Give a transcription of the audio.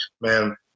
man